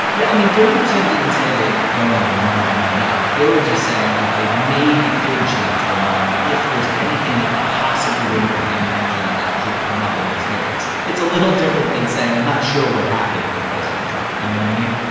yeah. i mean, thirty percent didn't say they don't have their mind made up. they were just saying that they maybe could change their mind if there's anything they could possibly remotely imagine that could come up in these hearings. it's a little different than saying, i'm not sure what happened with president trump. you know what i mean?